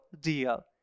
deal